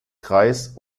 kreis